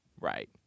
right